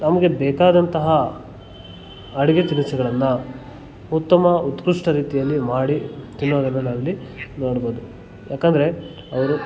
ನಮಗೆ ಬೇಕಾದಂತಹ ಅಡಿಗೆ ತಿನಿಸುಗಳನ್ನು ಉತ್ತಮ ಉತ್ಕೃಷ್ಠ ರೀತಿಯಲ್ಲಿ ಮಾಡಿ ತಿನ್ನೋದನ್ನು ನಾವಿಲ್ಲಿ ನೋಡ್ಬೋದು ಯಾಕಂದರೆ ಅವರು